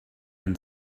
and